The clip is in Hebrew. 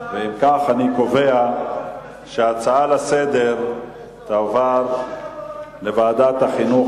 אם כך אני קובע שההצעות לסדר-היום תועברנה לוועדת החינוך,